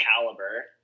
caliber